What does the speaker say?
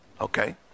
Okay